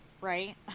Right